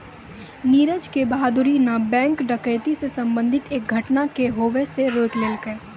नीरज के बहादूरी न बैंक डकैती से संबंधित एक घटना के होबे से रोक लेलकै